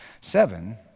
Seven